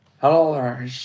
Hello